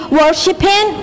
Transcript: worshipping